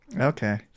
okay